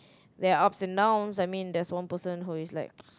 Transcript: there're ups and downs I mean there's one person who is like